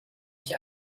ich